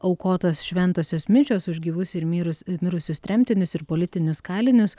aukotos šventosios mišios už gyvus ir mirus mirusius tremtinius ir politinius kalinius